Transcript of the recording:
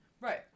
Right